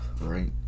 right